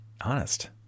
honest